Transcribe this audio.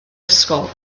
ysgol